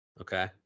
Okay